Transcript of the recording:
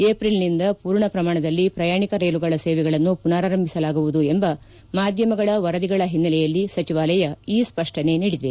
ಏಪ್ರಿಲ್ನಿಂದ ಪೂರ್ಣ ಪ್ರಮಾಣದಲ್ಲಿ ಪ್ರಯಾಣಿಕ ರೈಲುಗಳ ಸೇವೆಗಳನ್ನು ಪುನರಾರಂಭಿಸಲಾಗುವುದು ಎಂಬ ಮಾಧ್ಯಮಗಳ ವರದಿಗಳ ಹಿನ್ನೆಲೆಯಲ್ಲಿ ಸಚಿವಾಲಯ ಈ ಸ್ವಷ್ಷನೆ ನೀಡಿದೆ